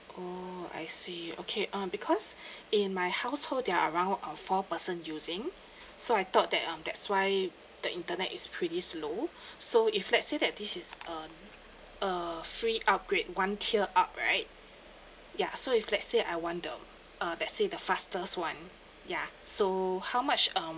oh I see okay um because in my household there are around uh four person using so I thought that um that's why the internet is pretty slow so if let's say that this is err err free upgrade one tier up right ya so if let's say I want the uh let's say the fastest [one] ya so how much um